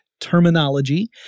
terminology